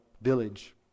village